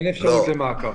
אין אפשרות למעקב.